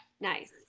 Nice